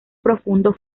profundo